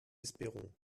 espérons